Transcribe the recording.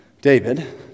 David